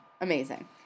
amazing